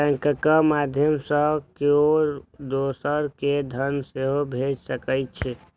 बैंकक माध्यय सं केओ दोसर कें धन सेहो भेज सकै छै